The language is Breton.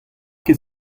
ket